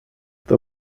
the